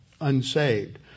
unsaved